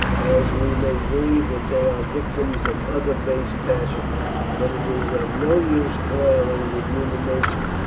as we may grieve that they are victims of other base passions but it is of no use quarrelling with human nature.